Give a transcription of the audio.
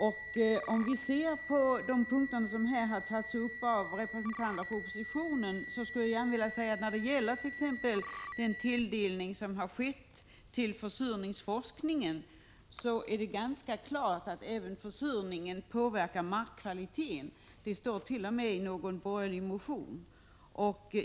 När det gäller de punkter som tagits upp av representanterna för oppositionen skulle jag vilja säga följande. I fråga om den tilldelning som skett till försurningsforskningen är det ganska klart att även försurningen påverkar markkvaliteten — det står t.o.m. i någon borgerlig motion.